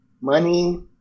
money